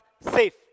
safe